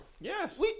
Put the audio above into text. Yes